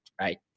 right